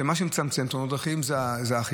זה שמה שמצמצם תאונות דרכים זה האכיפה.